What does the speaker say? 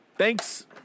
Thanks